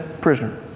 Prisoner